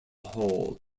hall